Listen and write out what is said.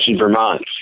Vermont